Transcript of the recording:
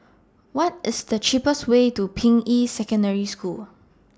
What IS The cheapest Way to Ping Yi Secondary School